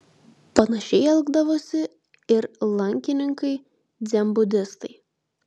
panašiai elgdavosi ir lankininkai dzenbudistai